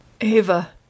Ava